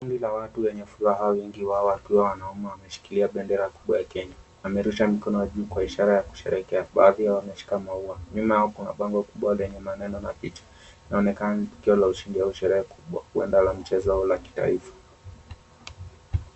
Kundi la watu wenye furaha wengi wao wakiwa wanaume wameshikilia bendera kuunya Kenya. Amerusha mkono juu kwa ishara ya kusherehekea baadhi wameshika maua. Nyuma yao kuna bango kubwa lenye maneno mabichi inaonekana ni tukio la ushindi au sherehe kubwa kuandaa michezo la kitaifa.